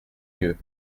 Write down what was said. mieux